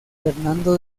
fernando